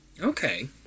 Okay